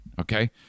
Okay